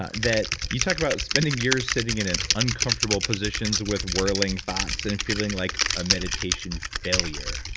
ah that you talk about spending years sitting in uncomfortable positions with whirling thoughts and feeling like a meditation failure.